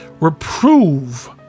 reprove